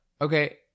okay